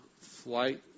flight